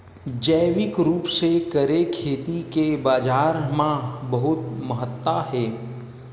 जैविक रूप से करे खेती के बाजार मा बहुत महत्ता हे